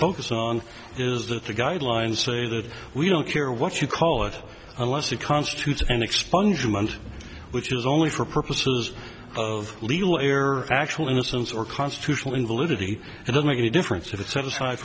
focus on is that the guidelines say that we don't care what you call it unless it constitutes an expungement which is only for purposes of legal error actual innocence or constitutional invalidity and it makes a difference if it's set aside